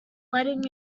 letting